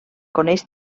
coneix